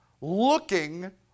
looking